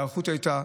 ההיערכות הייתה,